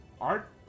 art